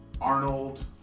Arnold